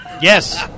Yes